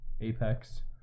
Apex